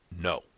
no